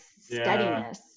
steadiness